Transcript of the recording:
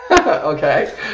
Okay